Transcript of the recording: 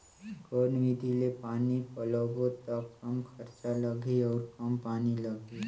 कौन विधि ले पानी पलोबो त कम खरचा लगही अउ कम पानी लगही?